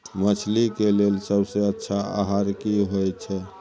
मछली के लेल सबसे अच्छा आहार की होय छै?